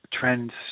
trends